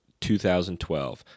2012